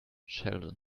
sheldon